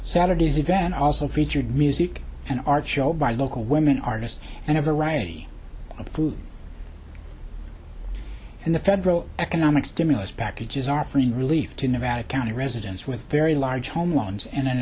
saturday's event also featured music and art show by local women artists and a variety of food and the federal economic stimulus package is offering relief to nevada county residents with very large home loans and an